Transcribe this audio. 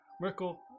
Merkel